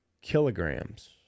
kilograms